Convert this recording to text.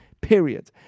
period